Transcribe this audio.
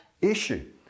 issue